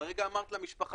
הרגע אמרת למשפחה,